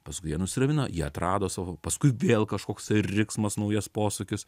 paskui jie nusiramino jie atrado savo paskui vėl kažkoks riksmas naujas posūkis